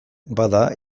bada